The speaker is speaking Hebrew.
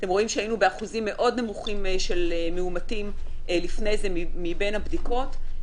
אתם רואים שהיינו באחוזים מאוד נמוכים של מאומתים מבין הבדיקות,